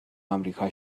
آمریکا